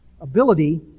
Ability